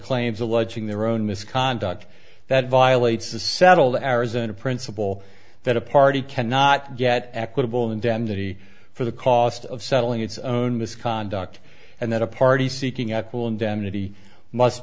claims alleging their own misconduct that violates the settled arizona principle that a party cannot get equitable indemnity for the cost of settling its own misconduct and that a party seeking